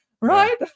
Right